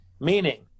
Meaning